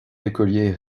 écoliers